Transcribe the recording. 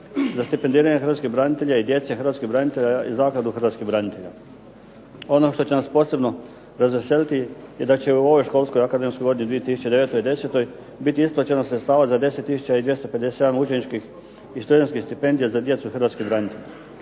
za stipendiranje hrvatskih branitelja i djece hrvatskih branitelja i Zakladu hrvatskih branitelja. Ono što će nas posebno razveseliti je da će u ovoj školskoj akademskoj godini 2009./2010. biti isplaćeno sredstava za 10 tisuća i 257 učeničkih i srednjoškolskih stipendija za djecu hrvatskih branitelja.